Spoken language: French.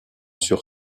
sur